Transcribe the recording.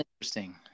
interesting